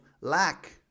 lack